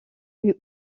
lui